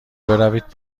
بروید